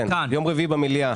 וביום רביעי במליאה.